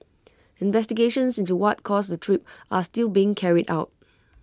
investigations into what caused the trip are still being carried out